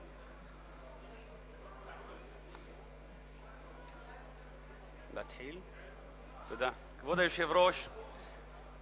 כבוד היושב-ראש,